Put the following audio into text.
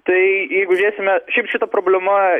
tai jeigu žiūrėsime šiaip šita problema